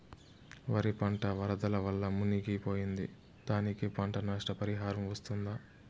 వరి పంట వరదల వల్ల మునిగి పోయింది, దానికి పంట నష్ట పరిహారం వస్తుందా?